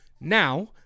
now